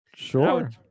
Sure